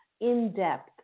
in-depth